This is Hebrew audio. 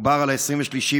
מדובר על 23 ביולי,